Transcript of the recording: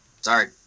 sorry